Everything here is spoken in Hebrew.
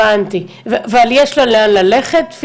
הבנתי, ויש לה לאן ללכת?